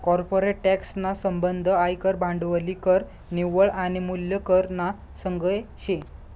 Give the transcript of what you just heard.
corporate tax ना संबंध आयकर, भांडवली कर, निव्वळ आनी मूल्य कर ना संगे शे